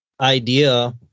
idea